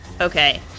Okay